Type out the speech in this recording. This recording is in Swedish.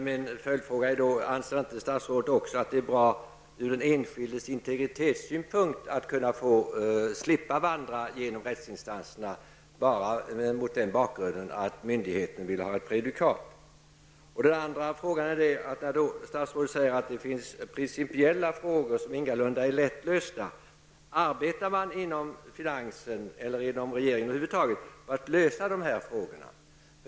Min följdfråga är då: Anser statsrådet inte att det är bra ur den enskildes integritetssynpunkt att kunna få slippa vandra genom rättsinstanserna bara mot bakgrunden att myndigheten vill ha ett prejudikat? När statsrådet säger att det finns principiella frågor som ingalunda är lättlösta vill jag fråga följande. Arbetar man inom finansdepartementet eller inom regeringskansliet över huvud taget på att lösa dessa frågor?